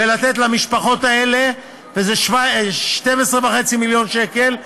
ולתת למשפחות האלה 12.5 מיליון שקל.